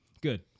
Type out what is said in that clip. Good